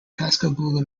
pascagoula